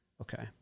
Okay